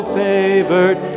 favored